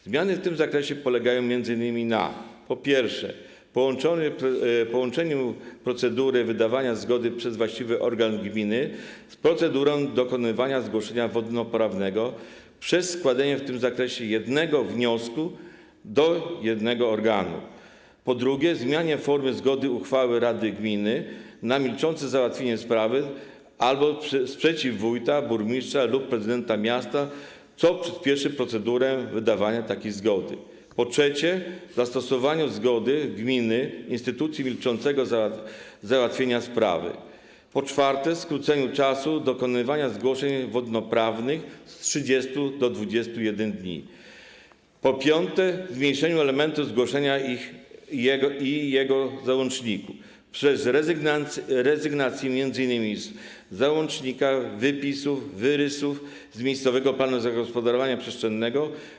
Zmiany w tym zakresie polegają m.in. na: po pierwsze, połączeniu procedury wydawania zgody przez właściwy organ gminy z procedurą dokonywania zgłoszenia wodnoprawnego przez składanie w tym zakresie jednego wniosku do jednego organu; po drugie, zmianie formy zgody uchwały rady gminy na milczące załatwienie sprawy albo sprzeciw wójta, burmistrza lub prezydenta miasta, co przyśpieszy procedurę wydawania takiej zgody; po trzecie, zastosowaniu do zgody gminy instytucji milczącego załatwienia sprawy; po czwarte, skróceniu czasu dokonywania zgłoszeń wodnoprawnych z 30 do 21 dni; po piąte, zmniejszeniu elementów zgłoszenia i jego załączników przez rezygnację m.in. z załączania wypisów i wyrysów z miejscowego planu zagospodarowania przestrzennego.